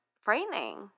frightening